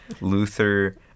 luther